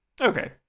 Okay